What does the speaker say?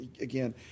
Again